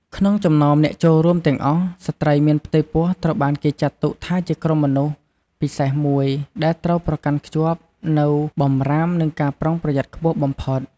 ក្នុងចំណោមអ្នកចូលរួមទាំងអស់ ស្ត្រីមានផ្ទៃពោះត្រូវបានគេចាត់ទុកថាជាក្រុមមនុស្សពិសេសមួយ ដែលត្រូវប្រកាន់ខ្ជាប់នូវបម្រាម និងការប្រុងប្រយ័ត្នខ្ពស់បំផុត។